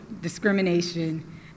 discrimination